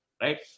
Right